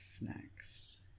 next